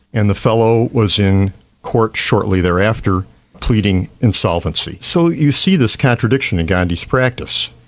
and the fellow was in court shortly thereafter pleading insolvency. so you see this contradiction in gandhi's practice,